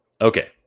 okay